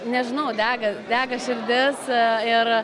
nežinau dega dega širdis ir